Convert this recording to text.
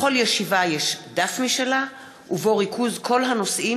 לכל ישיבה יש דף משלה ובו ריכוז כל הנושאים